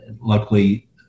luckily